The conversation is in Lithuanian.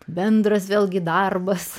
bendras vėlgi darbas